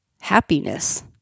happiness